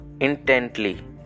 intently